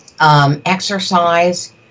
Exercise